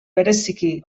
bereziki